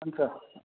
हुन्छ